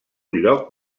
lloc